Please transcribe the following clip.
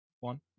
One